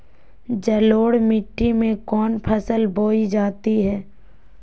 जलोढ़ मिट्टी में कौन फसल बोई जाती हैं?